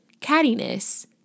cattiness